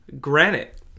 granite